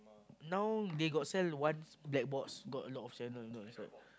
now they got sell one black box got a lot of sand one not inside